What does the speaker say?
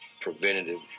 preventative